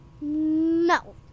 No